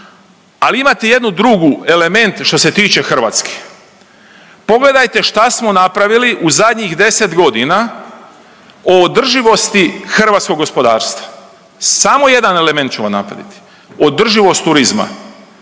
Ali imate jednu drugu element što se tiče Hrvatske, pogledajte šta smo napravili u zadnjih 10 godina o održivosti hrvatskog gospodarstva, samo jedan element ću vam …/Govornik se ne